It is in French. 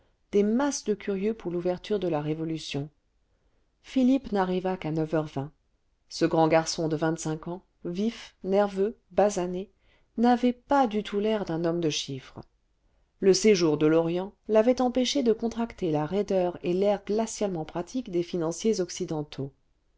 des masses de curieux pour l'ouverture de la révolution philippe n'arriva qu'à neuf heures vingt ce grand garçon de vingt-cinq ans vif nerveux basané n'avait pas du tout l'air d'un homme de chiffres le séjour de l'orient l'avait empêché de contracter la raideur et l'air glacialement pratique des financiers occidentaux